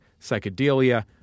psychedelia